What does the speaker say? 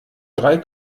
drei